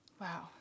Wow